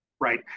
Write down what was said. Right